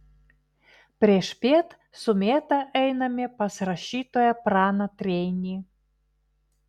priešpiet su mėta einame pas rašytoją praną treinį